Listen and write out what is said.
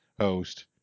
host